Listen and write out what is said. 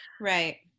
Right